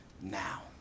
now